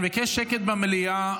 אני מבקש שקט במליאה,